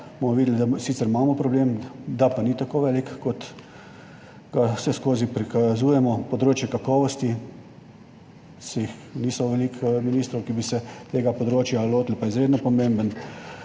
bomo videli, da sicer imamo problem, da pa ni tako velik, kot ga vseskozi prikazujemo. Področje kakovosti, ni veliko ministrov, ki bi se tega področja lotili, pa je izredno pomembno.